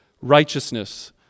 righteousness